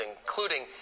including